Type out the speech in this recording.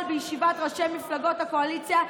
בישיבת ראשי מפלגות הקואליציה לבקשת,